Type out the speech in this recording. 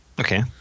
Okay